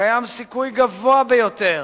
קיים סיכון גבוה ביותר